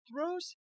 throws